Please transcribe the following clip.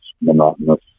monotonous